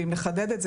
ואם לחדד את זה,